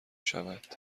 شود